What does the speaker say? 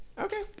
Okay